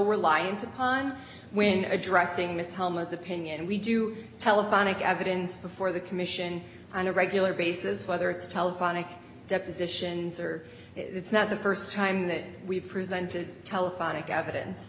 reliant upon when addressing this homeless opinion we do telephonic evidence before the commission on a regular basis whether it's telephonic depositions or it's not the st time that we've presented telephonic